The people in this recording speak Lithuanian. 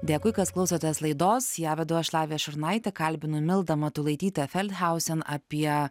dėkui kad klausotės laidos ją vedu aš lavija šurnaitė kalbinu mildą matulaitytę feldhausen apie